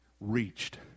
reached